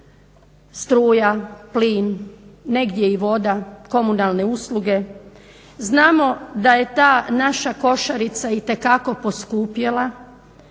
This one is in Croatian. struja, plin, negdje i voda, komunalne usluge, znamo da je ta naša košarica itekako poskupjela